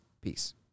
Peace